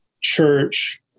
church